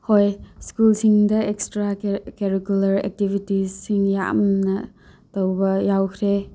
ꯍꯣꯏ ꯁ꯭ꯀꯨꯜꯁꯤꯡꯗ extra curricular ꯑꯦꯛꯇꯤꯚꯤꯇꯤꯁꯁꯤꯡ ꯌꯥꯝꯅ ꯇꯧꯕ ꯌꯥꯎꯈ꯭ꯔꯦ